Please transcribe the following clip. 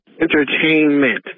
Entertainment